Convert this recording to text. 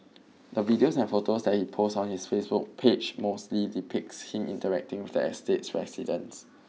the videos and photos that he posts on his Facebook page mostly depicts him interacting with the estate's residents